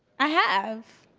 i have.